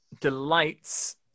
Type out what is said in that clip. delights